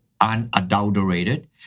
unadulterated